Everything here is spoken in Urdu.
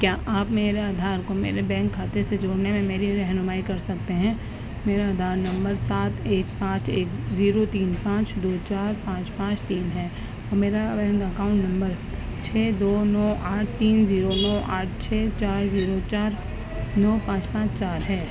کیا آپ میرے آدھار کو میرے بینک کھاتے سے جوڑنے میں میری رہنمائی کر سکتے ہیں میرا آدھار نمبر سات ایک پانچ ایک زیرو تین پانچ دو چار پانچ پانچ تین ہے اور میرا بینک اکاؤنٹ نمبر چھ دو نو آٹھ تین زیرو نو آٹھ چھ چار زیرو چار نو پانچ پانچ چار ہے